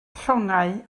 llongau